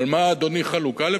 אני לא מבין על מה אדוני חלוק, א.